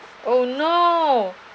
oh no